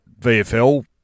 VFL